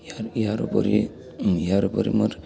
ইয়াৰ ইয়াৰ উপৰি ইয়াৰ উপৰি মোৰ